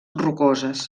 rocoses